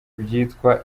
bitwa